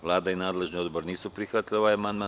Vlada i nadležni odbor nisu prihvatili ovaj amandman.